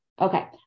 Okay